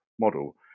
model